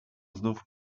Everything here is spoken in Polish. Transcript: znów